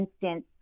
instance